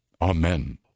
Amen